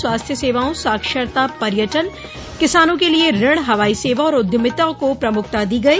स्वास्थ्य सेवाओं साक्षरता पर्यटन किसानों के लिए ऋण हवाई सेवा और उद्यमिता को प्रमुखता दी गई